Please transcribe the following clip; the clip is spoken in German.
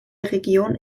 region